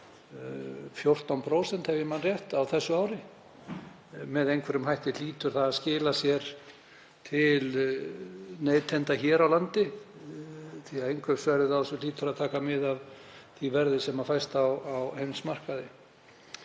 14% ef ég man rétt á þessu ári. Með einhverjum hætti hlýtur það að skila sér til neytenda hér á landi því að innkaupsverðið á kjöti hlýtur að taka mið af því verði sem fæst á heimsmarkaði.